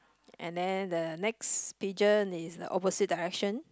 and then the next feature is opposite direction